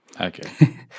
Okay